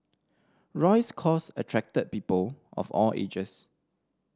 Roy's cause attracted people of all ages